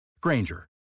Granger